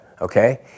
okay